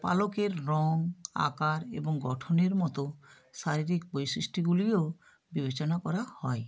পালকের রং আকার এবং গঠনের মতো শারীরিক বৈশিষ্ট্যগুলিও বিবেচনা করা হয়